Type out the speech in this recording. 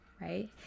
right